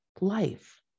life